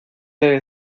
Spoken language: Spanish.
debe